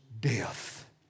death